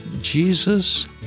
Jesus